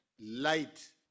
light